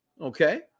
Okay